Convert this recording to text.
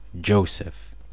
Joseph